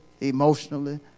emotionally